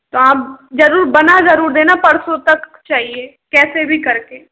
तो आप जरूर बना जरूर देना परसों तक चाहिए कैसे भी करके